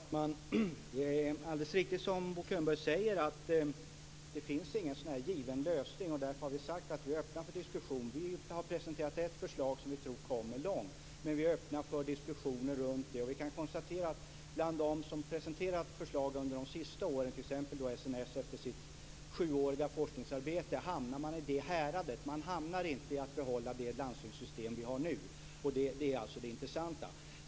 Fru talman! Det är alldeles riktigt som Bo Könberg säger att det inte finns någon given lösning. Därför har vi sagt att vi är öppna för diskussion. Vi har presenterat ett förslag som vi tror kommer långt. Men vi är öppna för diskussioner runt det. Vi kan konstatera att bland dem som presenterat förslag under de senaste åren, t.ex. SNS efter sitt sjuåriga forskningsarbete, hamnar man i det häradet. Man hamnar inte i att behålla det landstingssystem vi har nu. Det är alltså det intressanta.